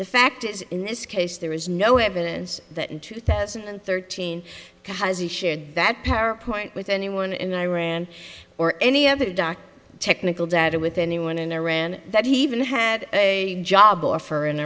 the fact is in this case there is no evidence that in two thousand and thirteen has he shared that power point with anyone in iran or any other dark technical data with anyone in iran that he even had a job offer in